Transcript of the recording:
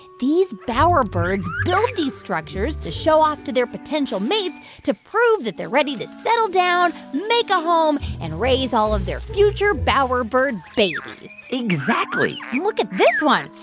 these bowerbirds build these structures to show off to their potential mates to prove that they're ready to settle down, make a home and raise all of their future bowerbird babies exactly look at this one.